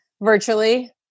virtually